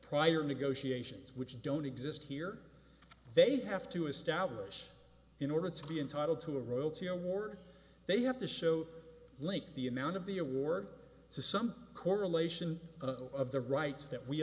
prior negotiations which don't exist here they have to establish in order to be entitled to a royalty award they have to show like the amount of the award to some correlation of the rights that we